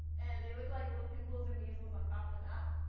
and they look like little pimples or measles on top of the map.